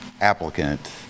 applicant